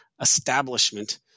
establishment